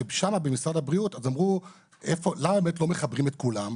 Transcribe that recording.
ששם במשרד הבריאות אמרו למה הם לא מחברים את כולם,